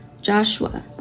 Joshua